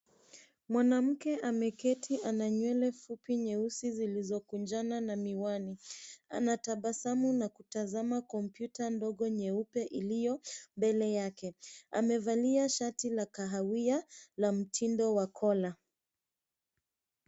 Mwanamke ameketi ana nywele fupi nyeusi zilizokunjana na miwani. Anatabasamu na kutazama kompyuta ndogo nyeupe iliyo mbele yake. Amevalia shati la kahawia la mtindo wa kola.